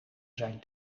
zijn